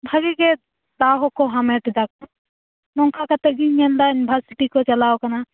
ᱵᱷᱟ ᱜᱤ ᱜᱮ ᱫᱟᱣ ᱦᱚᱸᱠᱚ ᱦᱟᱢᱮᱴ ᱮᱫᱟ ᱱᱚᱝᱠᱟ ᱠᱟᱛᱮᱫ ᱜᱤᱧ ᱢᱮᱱ ᱮᱫᱟ ᱤᱭᱩᱱᱤᱵᱷᱟᱨᱥᱤᱴᱤ ᱠᱚ ᱪᱟᱞᱟᱣᱟᱠᱟᱱᱟ